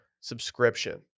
subscription